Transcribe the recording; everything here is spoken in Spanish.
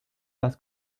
las